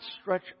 stretch